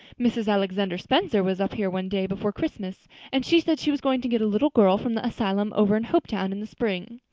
mrs. alexander spencer was up here one day before christmas and she said she was going to get a little girl from the asylum over in hopeton in the spring.